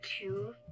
two